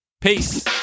Peace